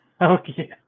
Okay